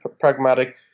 pragmatic